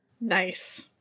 Nice